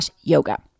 yoga